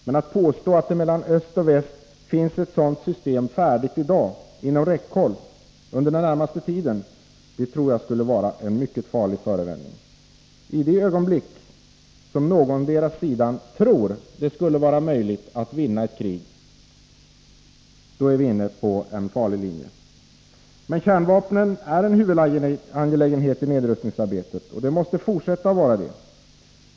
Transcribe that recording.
Men att påstå att det mellan öst och väst finns ett sådant system färdigt i dag, inom räckhåll inom den närmaste tiden, skulle vara en mycket farlig förevändning. I det ögonblick som någondera sidan tror att det skulle vara möjligt att vinna ett krig är vi inne på en riskabel linje. Kärnvapnen är en huvudangelägenhet i nedrustningsarbetet, och de måste fortsätta att vara det.